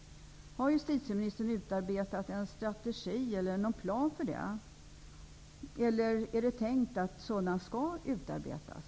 Har justitieministern utarbetat en strategi eller någon plan för det arbetet, eller är det tänkt att en sådan plan eller strategi skall utarbetas?